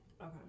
Okay